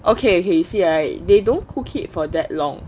okay okay you see right they don't cook it for that long